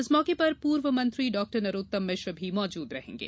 इस मौके पर पूर्व मंत्री डाक्टर नरोत्तम मिश्र भी मौजूद रहेंगें